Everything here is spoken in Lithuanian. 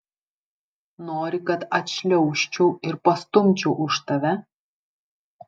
nori kad atšliaužčiau ir pastumčiau už tave